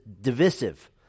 divisive